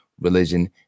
religion